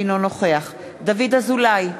אינו נוכח דוד אזולאי,